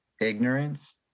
ignorance